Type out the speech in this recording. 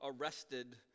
arrested